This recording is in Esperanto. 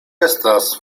estas